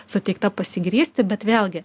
suteikta pasigrįsti bet vėlgi